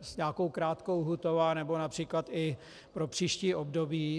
s nějakou krátkou lhůtou nebo například i pro příští období.